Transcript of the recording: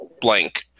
blank